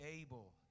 able